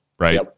right